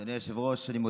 אתם רציתם לצמצם,